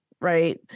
right